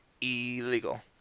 illegal